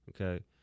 Okay